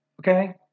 Okay